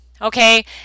okay